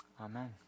amen